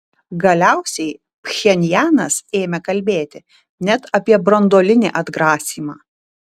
galiausiai pchenjanas ėmė kalbėti net apie branduolinį atgrasymą